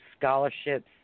scholarships